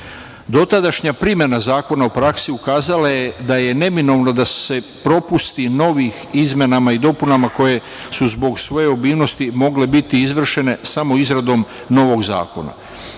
Dotadašnja primena zakona u praksi ukazala je da je neminovno da se propusti novih izmenama i dopunama koje su zbog svoje obilnosti mogle biti izvršene samo izradom novog zakona.